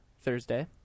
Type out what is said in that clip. Thursday